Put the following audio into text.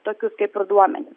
tokius kaip ir duomenis